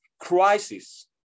Crisis